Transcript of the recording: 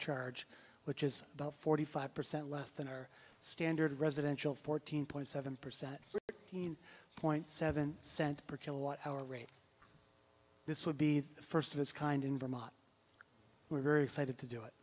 charge which is about forty five percent less than our standard residential fourteen point seven percent point seven cents per kilowatt hour rate this would be the first of its kind in vermont we're very excited to do it